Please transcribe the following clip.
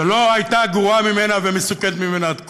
שלא הייתה גרועה ממנה ומסוכנת ממנה עד כה.